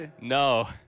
No